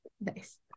Nice